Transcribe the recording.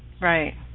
Right